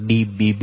Dbb'